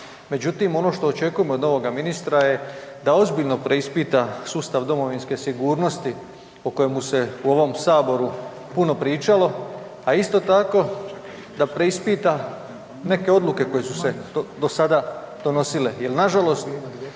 međutim ono što očekujem od novoga ministra je da ozbiljno preispita sustav domovinske sigurnosti o kojemu se u ovom saboru puno pričalo, a isto tako da preispita neke odluke koje su se do sada donosile